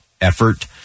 effort